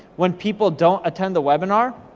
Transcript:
when people don't attend the webinar.